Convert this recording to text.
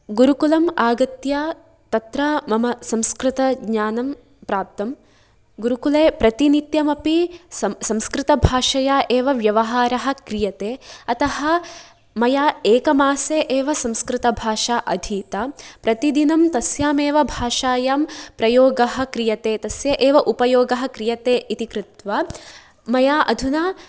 गुरुकुलम् आगत्य तत्र मम संस्कृतज्ञानं प्राप्तं गुरुकुले प्रतिनित्यमपि संस्कृतभाषया एव व्यवहारः क्रियते अतः मया एकमासे एव संस्कृतभाषा अधीता प्रतिदिनं तस्याम् एव भाषायां प्रयोगः क्रियते तस्य एव उपयोगः क्रियते इति कृत्वा मया अधुना